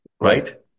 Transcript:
Right